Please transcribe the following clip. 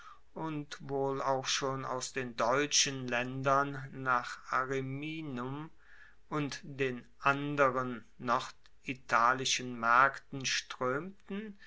und wohl auch schon aus den deutschen laendern nach ariminum und den anderen norditalischen maerkten stroemten